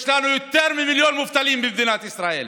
יש לנו יותר ממיליון מובטלים במדינת ישראל.